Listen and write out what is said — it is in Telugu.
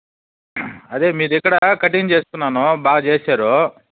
అదే మీదిక్కడ కటింగ్ చేసుకున్నాను బాగా చేశారు